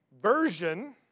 version